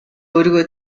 өөрийгөө